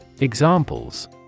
Examples